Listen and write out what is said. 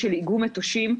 של איגום מטושים,